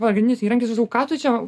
pagrindinis įrankis aš galvoju ką tu čia